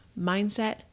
mindset